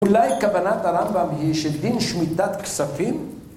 אולי כוונת הרמב״ם היא שדין שמיטת כספים?